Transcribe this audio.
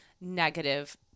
negative